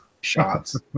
shots